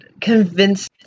Convince